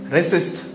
Resist